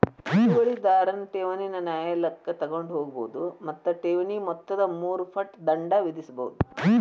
ಹಿಡುವಳಿದಾರನ್ ಠೇವಣಿನ ನ್ಯಾಯಾಲಯಕ್ಕ ತಗೊಂಡ್ ಹೋಗ್ಬೋದು ಮತ್ತ ಠೇವಣಿ ಮೊತ್ತದ ಮೂರು ಪಟ್ ದಂಡ ವಿಧಿಸ್ಬಹುದು